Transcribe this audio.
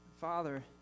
Father